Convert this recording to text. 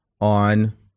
on